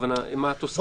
מה התוספות?